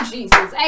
Jesus